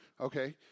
okay